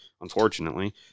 Unfortunately